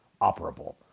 operable